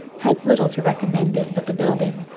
has little to recommend it but the building,